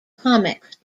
comics